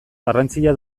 garrantzia